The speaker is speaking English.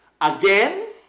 again